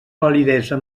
validesa